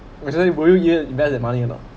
eventually will you dare invest the money or not